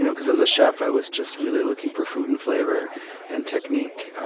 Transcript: you know because as a chef, i was just really looking for food, and flavor and technique,